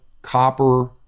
copper